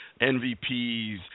MVPs